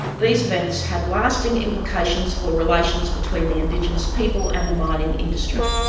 these events had lasting implications for relations between the indigenous people and the mining industry.